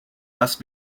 must